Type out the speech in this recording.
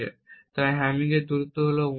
এবং তাই হ্যামিং দূরত্ব হল 1